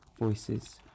Voices